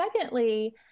Secondly